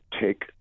take